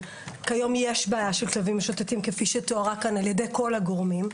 כיום יש בעיה של כלבים משוטטים כפי שתואר כאן על ידי כל הגורמים,